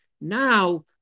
Now